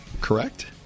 Correct